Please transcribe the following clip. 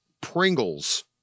Pringles